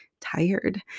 tired